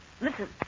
Listen